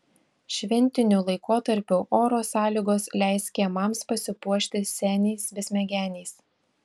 šventiniu laikotarpiu oro sąlygos leis kiemams pasipuošti seniais besmegeniais